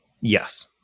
Yes